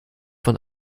von